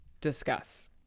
Discuss